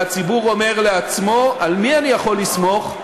והציבור אומר לעצמו: על מי אני יכול לסמוך?